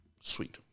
sweet